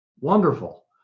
Wonderful